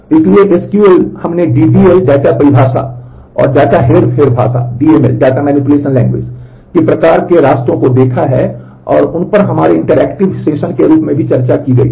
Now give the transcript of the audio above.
इसलिए एसक्यूएल के प्रकार के रास्तों को देखा है और उन पर हमारे इंटरएक्टिव सत्र के रूप में भी चर्चा की गई थी